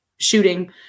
shooting